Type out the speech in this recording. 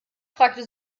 fragte